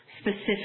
specific